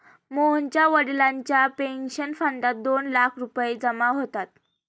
मोहनच्या वडिलांच्या पेन्शन फंडात दोन लाख रुपये जमा होतात